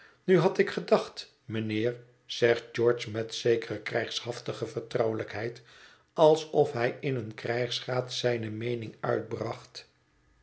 nu had ik gedacht mijnheer zegt george met zekere krijgshaftige vertrouwelijkheid alsof hij in een krijgsraad zijne meening uitbracht